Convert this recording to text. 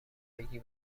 بگی